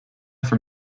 from